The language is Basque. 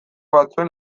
batzuen